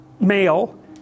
male